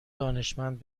دانشمند